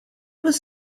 was